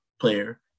player